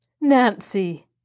Nancy